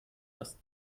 das